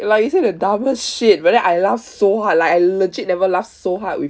like we say the dumbest shit but then I laugh so hard like I legit never laugh so hard with